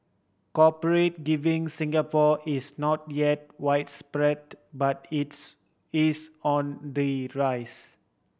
corporate giving Singapore is not yet widespread but its is on the rise